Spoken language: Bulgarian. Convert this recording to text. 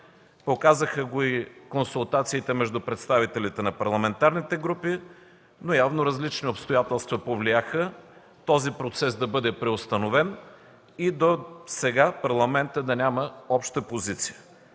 показаха го и консултациите между представителите на парламентарните групи, но явно различни обстоятелства повлияха процесът да бъде преустановен и досега Парламентът да няма обща позиция.